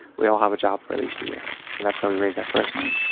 we all have a job for at least a year. so that's why we raised that first money.